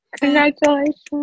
Congratulations